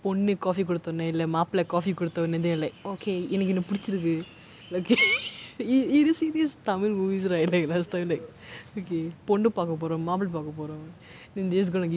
பொண்ணு:ponnu coffee கொடுத்தோனே இல்ல மாப்ள:koduththonae illa maapla coffee கொடுத்தோனே:koduththonae like okay எனக்கு இவன புடிச்சுருக்கு:enakku ivana pudichirukku yo~ you see this tamil movies right like last time like okay பொண்ணு பாக்கபோறோம் மாப்ள பாக்கபோறோம்:ponnu pakkaporom maapla pakkaporom then they're gonna give you a coffee and then they're like